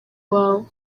wawe